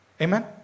Amen